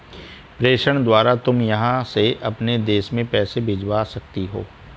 प्रेषण द्वारा तुम यहाँ से अपने देश में पैसे भिजवा सकती हो